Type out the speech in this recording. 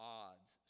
odds